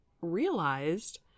realized